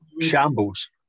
shambles